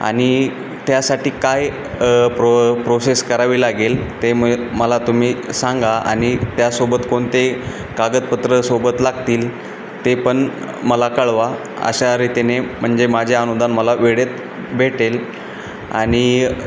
आणि त्यासाठी काय प्रो प्रोसेस करावी लागेल ते मग मला तुम्ही सांगा आणि त्यासोबत कोणते कागदपत्र सोबत लागतील ते पण मला कळवा अशा रीतीने म्हणजे माझे अनुदान मला वेळेत भेटेल आणि